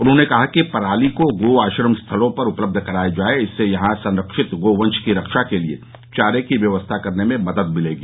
उन्होंने कहा कि पराली को गो आश्रम स्थलों पर उपलब्ध कराया जाये इससे यहां संरक्षित गो वंश की रक्षा के लिये चारे की व्यवस्था करने में मदद मिलेगी